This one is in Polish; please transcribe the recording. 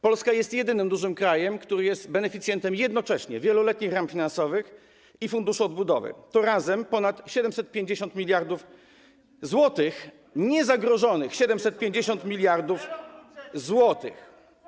Polska jest jedynym dużym krajem, który jest beneficjentem jednocześnie wieloletnich ram finansowych i Funduszu Odbudowy, to razem ponad 750 mld zł, niezagrożonych 750 mld zł.